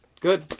good